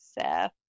Seth